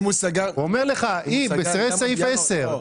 בפסקה (10)